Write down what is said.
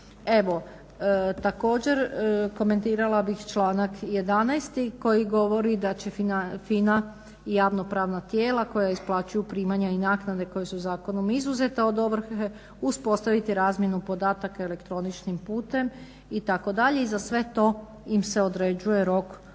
Evo, također komentirala bih članak 11. koji govori da će FINA i javnopravna tijela koja isplaćuju primanja i naknade koje su zakonom izuzete od ovrhe uspostaviti razmjenu podataka elektroničnim putem itd., i za sve to im se određuje rok od